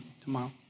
tomorrow